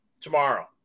tomorrow